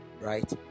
right